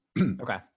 Okay